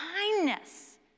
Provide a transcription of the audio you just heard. kindness